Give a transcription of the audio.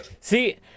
see